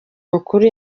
mukuru